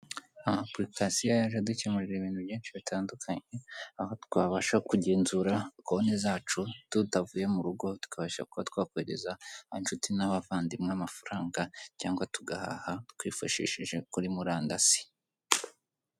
Amapulikasiyo yaje adukemurira ibintu byinshi bitandukanye aho twabasha kugenzura konti zacu tutavuye mu rugo tukabasha kuba twakohereza inshuti n'abavandimwe amafaranga cyangwa tugahaha twifashishije kuri murandasi.